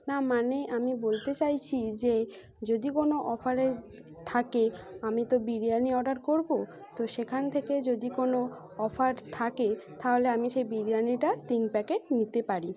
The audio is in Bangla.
না মানে আমি বলতে চাইছি যে যদি কোনো অফারে থাকে আমি তো বিরিয়ানি অর্ডার করব তো সেখান থেকে যদি কোনো অফার থাকে তাহলে আমি সেই বিরিয়ানিটা তিন প্যাকেট নিতে পারি